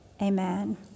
Amen